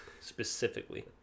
specifically